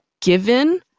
given